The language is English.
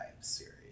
series